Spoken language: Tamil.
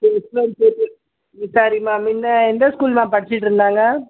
விசாரிமா மின்னே எந்த ஸ்கூல்மா படிச்சுட்ருந்தாங்க